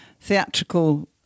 theatrical